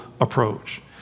approach